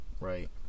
right